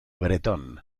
bretón